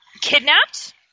kidnapped